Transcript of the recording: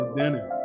dinner